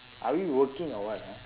are we working or what ah